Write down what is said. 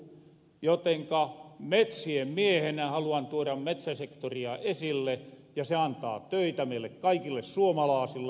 jotenka metsien miehenä haluan tuoda metsäsektoria esille ja se antaa töitä meille kaikille suomalaasille